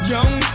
Young